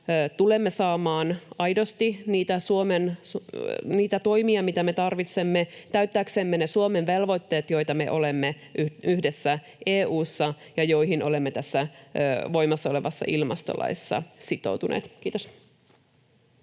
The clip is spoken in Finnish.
tulemme saamaan aidosti niitä toimia, mitä me tarvitsemme täyttääksemme ne Suomen velvoitteet, joihin me olemme yhdessä EU:ssa ja voimassa olevassa ilmastolaissa sitoutuneet. — Kiitos.